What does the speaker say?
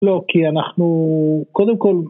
לא כי אנחנו קודם כל